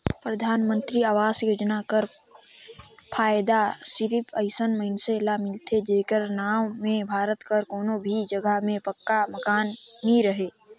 परधानमंतरी आवास योजना कर फएदा सिरिप अइसन मइनसे ल मिलथे जेकर नांव में भारत कर कोनो भी जगहा में पक्का मकान नी रहें